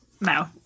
No